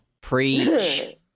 preach